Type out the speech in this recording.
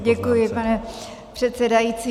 Děkuji, pane předsedající.